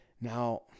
now